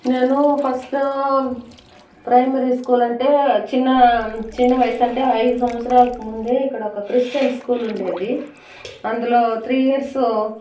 నేను first primary school అంటే చిన్న చిన్న వయసంటే ఐదు సంవత్సరాలకు ముందే ఇక్కడ ఒక క్రిస్టియన్ స్కూల్ ఉండేది అందులో త్రీ ఇయర్స్